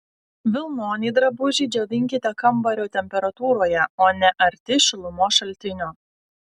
vilnonį drabužį džiovinkite kambario temperatūroje o ne arti šilumos šaltinio